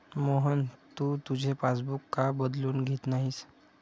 मोहन, तू तुझे पासबुक का बदलून घेत नाहीस?